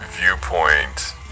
Viewpoint